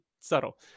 subtle